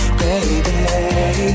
baby